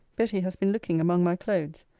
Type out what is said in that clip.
betty has been looking among my clothes.